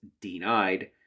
denied